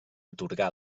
atorgà